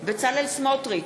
בצלאל סמוטריץ,